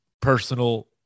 personal